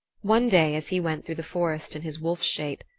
one day, as he went through the forest in his wolf's shape,